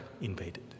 invaded